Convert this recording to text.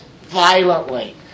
violently